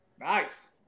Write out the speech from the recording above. Nice